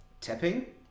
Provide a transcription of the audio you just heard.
tapping